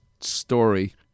story